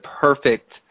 perfect